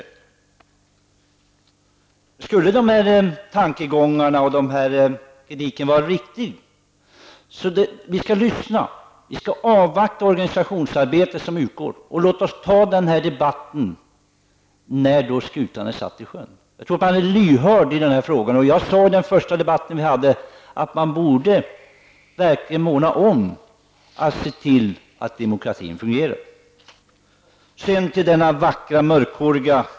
Vi skall lyssna, för att höra om kritiken är riktig, och vi skall avvakta det organisationsarbete som pågår. Låt oss ta den här debatten när skutan är satt i sjön. Jag tror att det finns en lyhördhet för den här frågan. Jag sade i den första debatten vi hade att man verkligen borde måna om demokratin och se till att den fungerar.